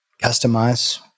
customize